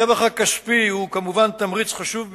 הרווח הכספי הוא כמובן תמריץ חשוב ביותר,